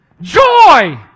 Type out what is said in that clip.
Joy